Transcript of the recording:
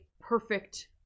perfect